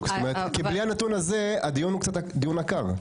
כי בלי הנתון הזה הדיון הוא דיון עקר.